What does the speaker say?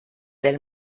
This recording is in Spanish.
del